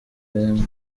eng